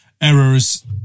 errors